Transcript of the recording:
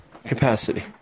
capacity